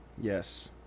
Yes